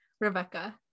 Rebecca